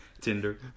Tinder